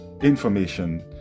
information